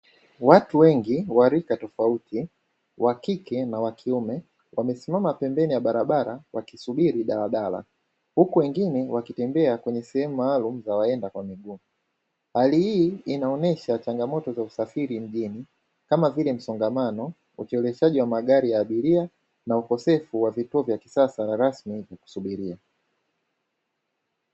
Watu wengi wa rika tofauti wakike na wakiume wamesimama pembeni ya barabara wakisubiri daladala huku wengine wakitembea kwenye sehemu maalum za waenda kwa miguu. Hali hii inaonyesha changamoto za usafiri mijini kama vile msongamano ucheleweshaji wa magari ya abiria na ukosefu wa vituo vya kiaasa rasmi vya kusubiria.